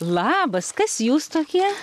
labas kas jūs tokie